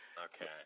Okay